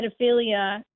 pedophilia